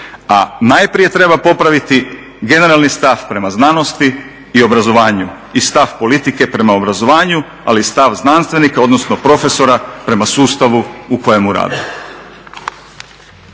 A najprije treba popraviti generalni stav prema znanosti i obrazovanju, i stav politike prema obrazovanju, ali i stav znanstvenika, odnosno profesora prema sustavu u kojemu radi.